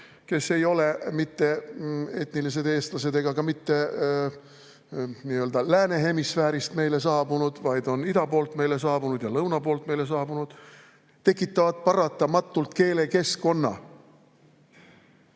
kes ei ole mitte etnilised eestlased ega ka mitte nii-öelda lääne hemisfäärist meile saabunud, vaid on ida poolt ja lõuna poolt meile saabunud, tekitavad paratamatult keelekeskkonna,